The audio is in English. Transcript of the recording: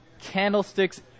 candlesticks